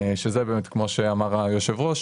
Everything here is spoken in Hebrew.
שזה באמת כמו שאמר היו"ר,